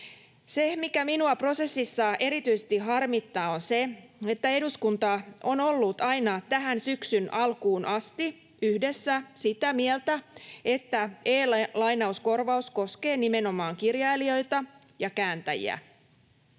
Se, mikä minua prosessissa erityisesti harmittaa, on se, että eduskunta on ollut aina tämän syksyn alkuun asti yhdessä sitä mieltä, että e-lainauskorvaus koskee nimenomaan kirjailijoita ja kääntäjiä.